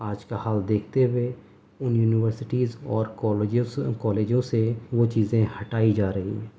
آج کا حال دیکھتے ہوئے ان یونیورسٹیز کو اور کالجز کالجوں سے وہ چیزیں ہٹائی جا رہی ہیں